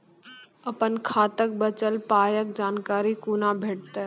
अपन खाताक बचल पायक जानकारी कूना भेटतै?